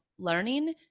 learning